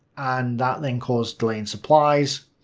and that then caused delay in supplies.